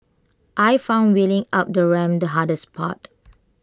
I found wheeling up the ramp the hardest part